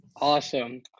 Awesome